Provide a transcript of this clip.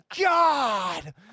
God